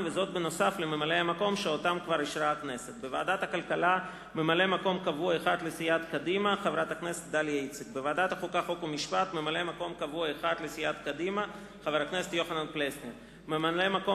2008, מוועדת החוקה, חוק ומשפט לוועדת